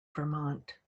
vermont